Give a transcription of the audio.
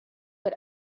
but